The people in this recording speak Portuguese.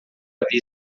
havia